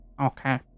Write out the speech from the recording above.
okay